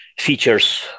features